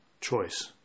choice